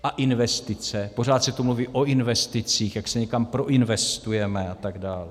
A investice pořád se tu mluví o investicích, jak se někam proinvestujeme a tak dále.